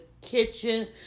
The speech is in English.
kitchen